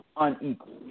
unequal